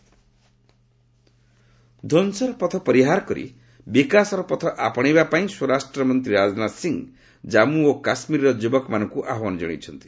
Rajnath JK ଧ୍ୱଂସର ପଥ ପରିହାର କରି ବିକାଶର ପଥ ଆପଣେଇବା ପାଇଁ ସ୍ୱରାଷ୍ଟ୍ରମନ୍ତ୍ରୀ ରାଜନାଥ ସିଂ ଜାମ୍ମୁ ଓ କାଶ୍ମୀରର ଯୁବକମାନଙ୍କୁ ଆହ୍ୱାନ ଜଣାଇଛନ୍ତି